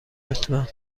لطفا